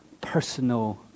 personal